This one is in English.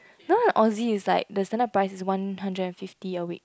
no Aussie is like the standard price is one hundred and fifty a week